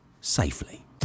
safely